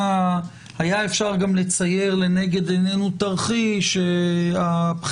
היה אפשר גם לצייר לנגד עינינו תרחיש שהבחירה